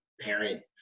parent